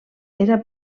era